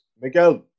Miguel